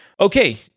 Okay